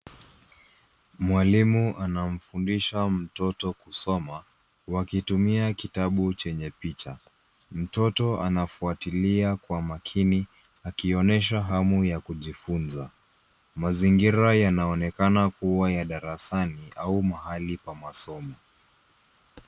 Mwalimu anamfundisha mtoto kusoma wakitumia kitabu chenye picha. Mtoto anafuatilia kwa makini akionyesha hamu ya kujifunza. Mazingira yanaonekana kuwa ya darasani au mahali pa masomo.